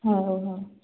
ହଉ ହଉ